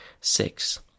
Six